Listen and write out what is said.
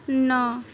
ନଅ